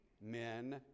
men